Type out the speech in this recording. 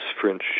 French